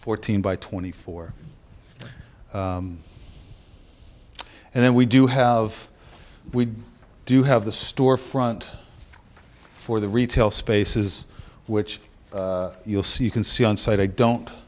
fourteen by twenty four dollars and then we do have we do have the store front for the retail spaces which you'll see you can see on site i don't